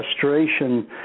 frustration